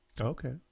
okay